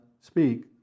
speak